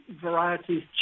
varieties